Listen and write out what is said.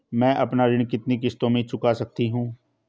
मैं अपना ऋण कितनी किश्तों में चुका सकती हूँ?